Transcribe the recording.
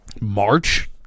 March